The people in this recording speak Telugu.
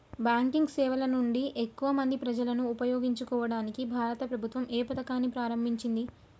బ్యాంకింగ్ సేవల నుండి ఎక్కువ మంది ప్రజలను ఉపయోగించుకోవడానికి భారత ప్రభుత్వం ఏ పథకాన్ని ప్రారంభించింది?